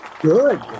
Good